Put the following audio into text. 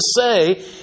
say